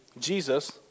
Jesus